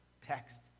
text